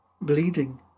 Bleeding